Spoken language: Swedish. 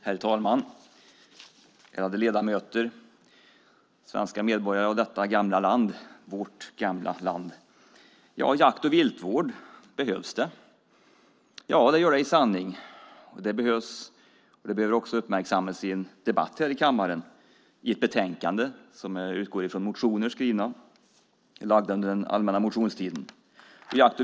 Herr talman, ärade ledamöter och svenska medborgare i vårt gamla land! Behövs jakt och viltvård? Ja, det gör det i sanning. Det behöver också uppmärksammas i en debatt här i kammaren med anledning av ett betänkande som utgår från motioner från allmänna motionstiden.